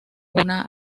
una